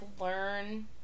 learn